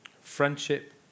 Friendship